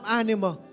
animal